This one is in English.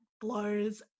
blows